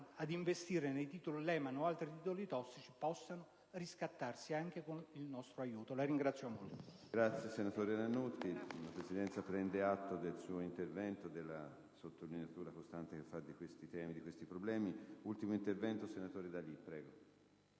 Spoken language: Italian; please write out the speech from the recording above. ad investire nei titoli Lehman o in altri titoli tossici possa riscattarsi anche con il nostro aiuto. *(Applausi dai